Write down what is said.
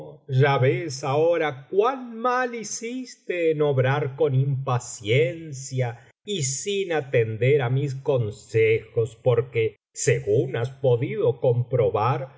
ya ves ahora cuan mal hiciste en obrar con impaciencia y sin atender á mis conse biblioteca valenciana generalitat valenciana las mil noches y una noche jos porque según has podido comprobar